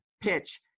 PITCH